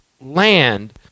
land